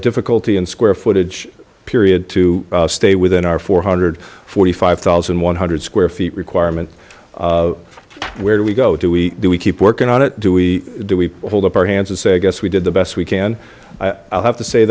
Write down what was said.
difficulty in square footage period to stay within our four hundred forty five thousand one hundred square feet requirement where do we go do we do we keep working on it do we do we hold up our hands and say i guess we did the best we can i have to say